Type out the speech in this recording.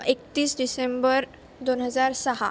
एकतीस डिसेंबर दोन हजार सहा